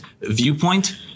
viewpoint